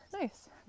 nice